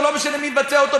ולא משנה מי מבצע אותו,